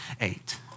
eight